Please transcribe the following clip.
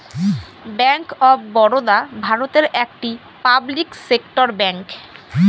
bank of Baroda ভারতের একটি public sector bank